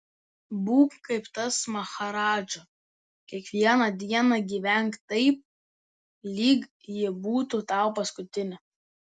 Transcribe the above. būk kaip tas maharadža kiekvieną dieną gyvenk taip lyg ji būtų tau paskutinė